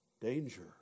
danger